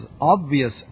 obvious